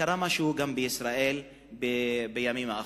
קרה משהו בישראל בימים האחרונים.